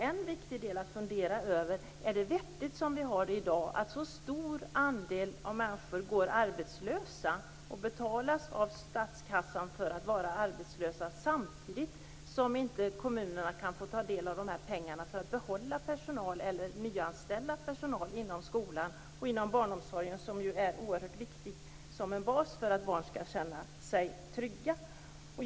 En viktigt fråga att fundera över är väl: Är det vettigt som vi har det i dag när så många människor går arbetslösa och betalas av statskassan samtidigt som kommunerna inte kan få ta del av de här pengarna för att behålla eller nyanställa personal inom skolan och barnomsorgen - som ju är en oerhört viktig bas för att barnen skall känna sig trygga?